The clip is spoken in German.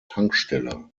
tankstelle